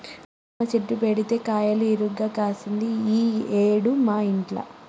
దానిమ్మ చెట్టు పెడితే కాయలు ఇరుగ కాశింది ఈ ఏడు మా ఇంట్ల